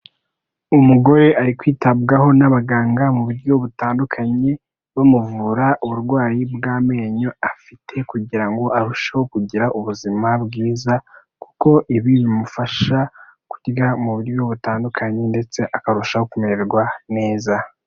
Umugore ari kwitabwaho n'abaganga mu buryo butandukanye, bamuvura uburwayi bw'amenyo afite kugira ngo arusheho kugira ubuzima bwiza, kuko ibi bimufasha kurya mu buryo butandukanye, ndetse akarushaho kumererwa neza.